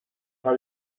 are